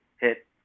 hit